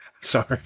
Sorry